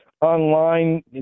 online